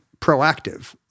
proactive